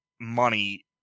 money